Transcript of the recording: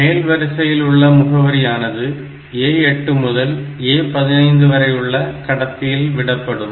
மேல் வரிசையில் உள்ள முகவரியானது A8 முதல் A15 வரையுள்ள கடத்தியில் விடப்படும்